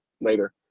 later